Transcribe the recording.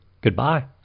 Goodbye